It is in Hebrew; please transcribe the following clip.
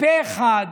פה אחד,